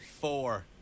Four